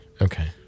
okay